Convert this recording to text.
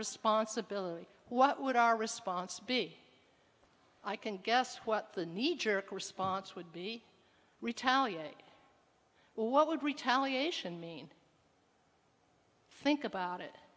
responsibility what would our response be i can guess what the kneejerk response would be retaliate or what would retaliation mean think about it